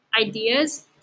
ideas